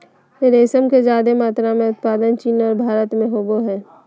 रेशम के ज्यादे मात्रा में उत्पादन चीन और भारत में होबय हइ